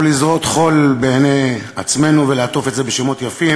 או לזרות חול בעיני עצמנו ולעטוף את זה בשמות יפים,